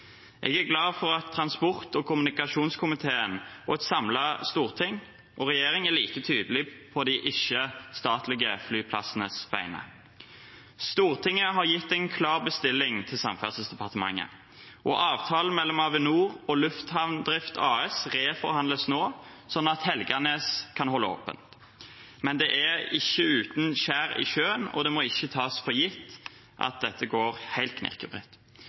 Jeg er glad for at transport- og kommunikasjonskomiteen, et samlet storting og regjeringen er like tydelige på de ikke-statlige flyplassenes vegne. Stortinget har gitt en klar bestilling til Samferdselsdepartementet. Avtalen mellom Avinor og Lufthavndrift AS reforhandles nå, slik at Helganes kan holde åpent. Men det er ikke uten skjær i sjøen, og det må ikke tas for gitt at dette går helt